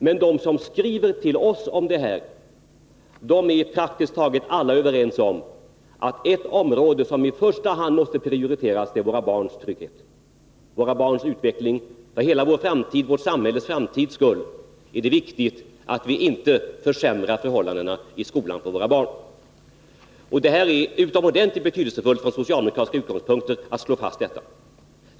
Men praktiskt taget alla de som skriver till oss om detta är överens om att ett område som i första hand måste prioriteras är våra barns trygghet, våra barns utveckling. Ja, för hela vårt samhälles framtids skull är det viktigt att man inte försämrar förhållandena i skolan för våra barn. Detta är utomordentligt betydelsefullt från socialdemokratiska utgångspunkter att slå fast.